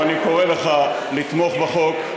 אני קורא לך לתמוך בחוק,